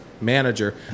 manager